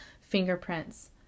fingerprints